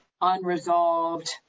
unresolved